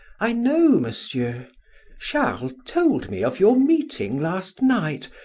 i know, monsieur charles told me of your meeting last night,